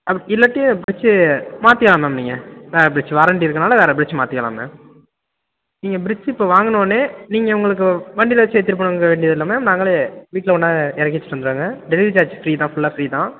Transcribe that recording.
அப்படி இல்லாட்டி ஃப்ரிட்ஜு மாற்றிக்கலாம் மேம் நீங்கள் வேறு ஃப்ரிட்ஜ் வாரண்டி இருக்கறனால வேறு ஃப்ரிட்ஜ் மாற்றிக்கலாம் மேம் நீங்கள் ஃப்ரிட்ஜு இப்போ வாங்குனோனே நீங்கள் உங்களுக்கு வண்டியில் வச்சு எடுத்துகிட்டு போணுங்கிறது வேண்டியதில்லை மேம் நாங்களே வீட்டில் கொண்டாந்து இறக்கி வச்சட்டு வந்துடுறோங்க டெலிவரி சார்ஜ் ஃப்ரீ தான் ஃபுல்லாக ஃப்ரீ தான்